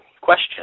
Question